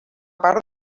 part